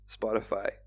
Spotify